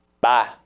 Bye